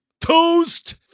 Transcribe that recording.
toast